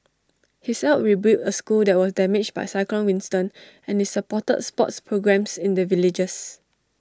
he's helped rebuild A school that was damaged by cyclone Winston and is supported sports programmes in the villages